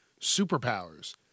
superpowers